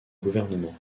gouvernement